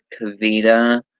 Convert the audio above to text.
Kavita